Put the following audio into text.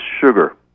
sugar